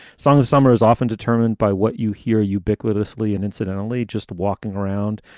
song of summer is often determined by what you hear ubiquitously. and incidentally, just walking around,